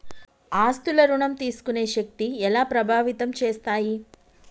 ఆస్తుల ఋణం తీసుకునే శక్తి ఎలా ప్రభావితం చేస్తాయి?